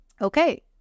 Okay